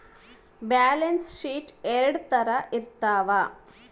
balance sheet ಎರಡ್ ತರ ಇರ್ತವ